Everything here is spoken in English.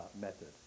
method